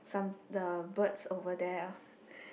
some the birds over there